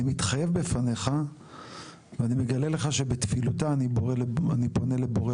ואני מתחייב בפניך ואני מגלה לך שבתפילותיי אני פונה לבורא